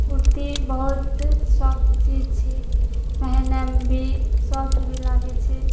कुर्ती बहुत सॉफ्ट चीज छी पेहिने मे भी सॉफ्ट भी लागै छै